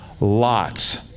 Lots